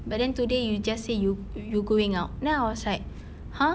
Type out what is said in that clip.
but then today you just said yo~ you going out then I was like !huh!